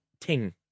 ting